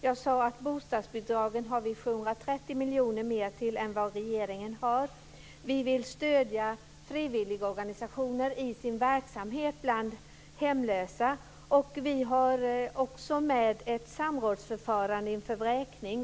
Jag sade också att vi avsätter 730 miljoner mer än regeringen på bostadsbidragssidan. Dessutom vill vi stödja frivilligorgansationerna i deras verksamhet bland hemlösa. Vi har också med ett samrådsförfarande inför vräkning.